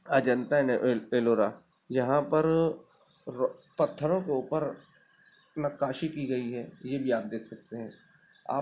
Ajanta and Ellora یہاں پر پتھروں کے اوپر نقاشی کی گئی ہے یہ بھی آپ دیکھ سکتے ہیں آپ